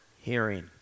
hearing